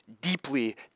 deeply